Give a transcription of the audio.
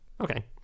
Okay